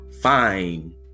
fine